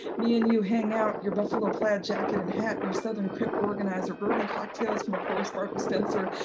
me and you hang out, your buffalo plaid jacket and hat, your southern crip organizer, bourbon cocktails from a pour spout dispenser,